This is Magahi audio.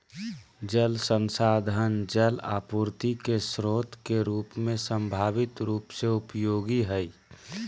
जल संसाधन जल आपूर्ति के स्रोत के रूप में संभावित रूप से उपयोगी हइ